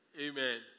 Amen